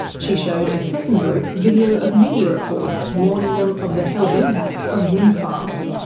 she showed a second group video of media reports warning them of the health impacts of wind farms.